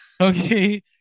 Okay